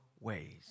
ways